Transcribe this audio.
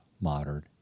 modern